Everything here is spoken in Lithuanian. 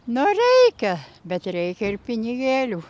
na reikia bet reikia ir pinigėlių